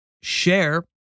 share